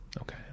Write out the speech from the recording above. okay